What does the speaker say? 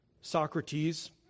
Socrates